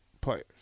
players